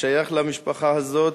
שייך למשפחה הזו,